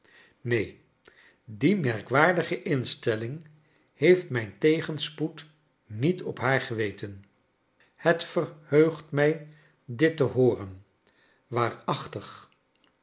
neen die merkwaardige instelling heeft mijn tegenspoed niet op haar geweten het verheugt mij dit te hooren